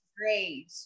Great